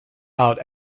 out